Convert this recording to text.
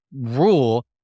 rule